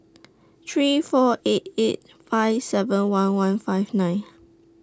three four eight eight five seven one one five nine